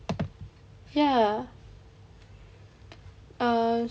ya err